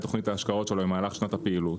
תוכנית ההשקעות שלו במהלך שנת הפעילות,